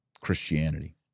Christianity